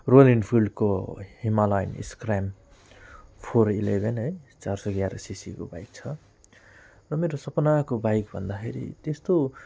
royal इनफिल्डको Himalayan scram four eleven है चार सौ ग्यारह सिसीको बाइक छ र मेरो सपनाको बाइक भन्दाखेरि त्यस्तो